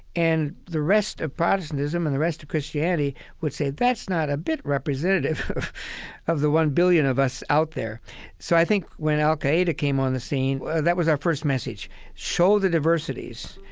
and the rest of protestantism and the rest of christianity would say, that's not a bit representative of of the one billion of us out there so i think when al-qaeda came on the scene that was our first message show the diversities.